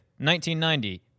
1990